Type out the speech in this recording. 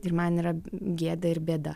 ir man yra gėda ir bėda